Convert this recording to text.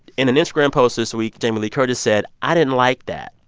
in an instagram post this week, jamie lee curtis said, i didn't like that.